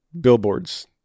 billboards